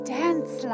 dance